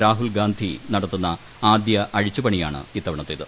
രാഹുൽഗാന്ധി നടത്തുന്ന ആദ്യ അഴിച്ചുപണിയാണ് ഇത്ത്പ്രണ്ട്ത്തേത്